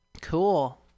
Cool